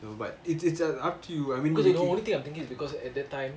but it's it's it's up to you